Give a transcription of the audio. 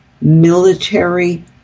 military